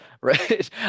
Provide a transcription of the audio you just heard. right